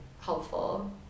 helpful